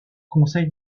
conseil